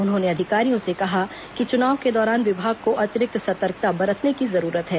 उन्होंने अधिकारियों से कहा कि चुनाव के दौरान विभाग को अतिरिक्त सतर्कता बरतने की जरूरत है